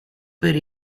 per